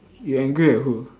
you angry at who